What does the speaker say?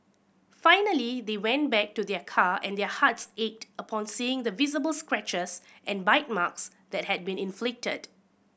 finally they went back to their car and their hearts ached upon seeing the visible scratches and bite marks that had been inflicted